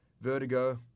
Vertigo